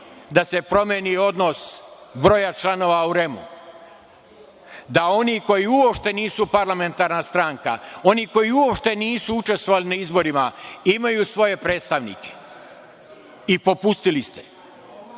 da se promeni odnos broja članova u REM, da oni koji uopšte nisu parlamentarna stranka, oni koji uopšte nisu učestvovali na izborima, imaju svoje predstavnike i popustili ste.